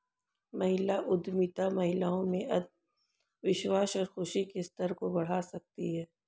महिला उद्यमिता महिलाओं में आत्मविश्वास और खुशी के स्तर को बढ़ा सकती है